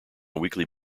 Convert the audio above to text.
weekly